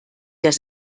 das